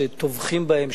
שטובחים בהם,